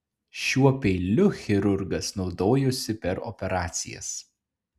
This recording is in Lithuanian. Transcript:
šiuo peiliu chirurgas naudojosi per operacijas